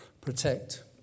protect